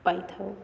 ପାଇଥାଉ